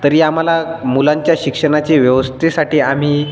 तरी आम्हाला मुलांच्या शिक्षणाची व्यवस्थेसाठी आम्ही